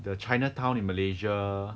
the chinatown in malaysia